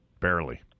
Barely